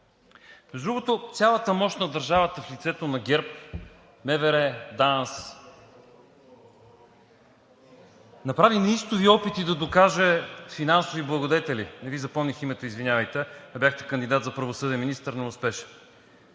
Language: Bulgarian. Ви е смешно, цялата мощ на държавата в лицето на ГЕРБ, МВР, ДАНС направи неистови опити да докаже финансови благодетели. Не Ви запомних името, извинявайте, а бяхте неуспешен кандидат за правосъден министър. И те не успяха.